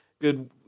good